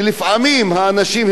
שלפעמים האנשים,